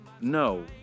No